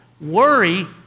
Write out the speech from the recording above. worry